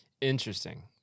Interesting